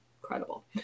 Incredible